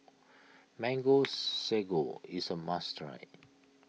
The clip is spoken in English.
Mango Sago is a must try